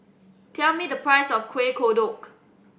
tell me the price of Kuih Kodok